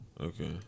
Okay